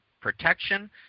protection